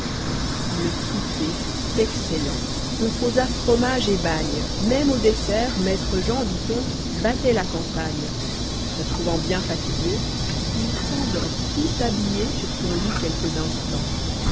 le souper fut excellent on causa fromage et bagne même au dessert maître jean dit-on battait la campagne e trouvant bien fatigué il svndorl tout habillé sur son lit quelques instants